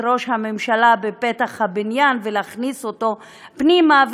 ראש הממשלה בפתח הבניין ולהכניס אותו פנימה.